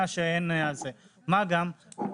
חמורה,